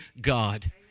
God